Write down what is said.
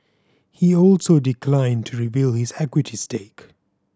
he also declined to reveal his equity stake